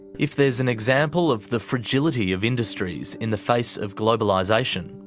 if there is an example of the fragility of industries in the face of globalisation,